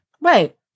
Right